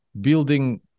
building